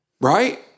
Right